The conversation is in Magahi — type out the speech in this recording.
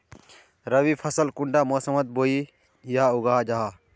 रवि फसल कुंडा मोसमोत बोई या उगाहा जाहा?